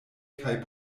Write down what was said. kaj